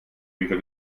bücher